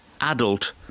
adult